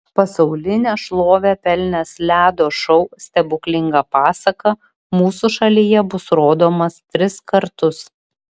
pasaulinę šlovę pelnęs ledo šou stebuklinga pasaka mūsų šalyje bus rodomas tris kartus